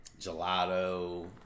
gelato